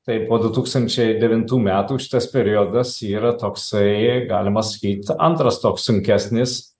tai po du tūkstančiai devintų metų šitas periodas yra toksai galima sakyt antras toks sunkesnis